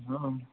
हॅं